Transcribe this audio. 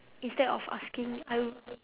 instead of asking I'll